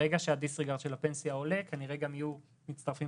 ברגע שהדיסריגרד של הפנסיה עולה כנראה יהיו גם מצטרפים